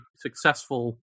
successful